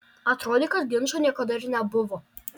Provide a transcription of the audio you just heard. atrodė kad ginčo niekada ir nebuvo